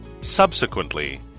Subsequently